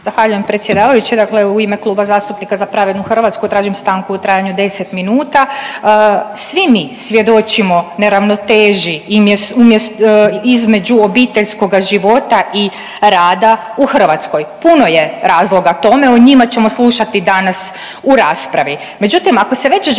Zahvaljujem predsjedavajući. Dakle u ime Kluba zastupnika Za pravednu Hrvatsku tražim stanku u trajanju od deset minuta. Svi mi svjedočimo neravnoteži između obiteljskoga života i rada u >Hrvatskoj. Puno je razloga tome. O njima ćemo slušati danas u raspravi.